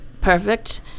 perfect